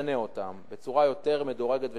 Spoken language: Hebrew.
אשנה אותם לצורה יותר מדורגת ושוויונית,